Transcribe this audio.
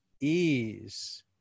ease